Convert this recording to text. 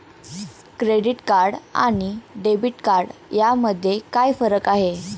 Credit card आणि debit card यामध्ये काय फरक आहे?